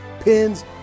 pins